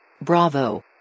Bravo